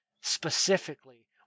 specifically